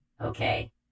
Okay